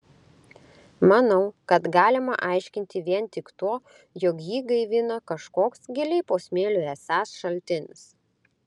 manau kad galima aiškinti vien tik tuo jog jį gaivino kažkoks giliai po smėliu esąs šaltinis